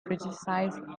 criticized